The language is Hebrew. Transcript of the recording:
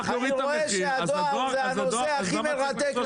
אני רואה שהדואר הוא הנושא שהכי מרתק את